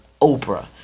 Oprah